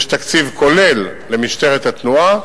יש תקציב כולל למשטרת התנועה,